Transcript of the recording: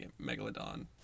Megalodon